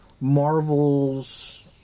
Marvel's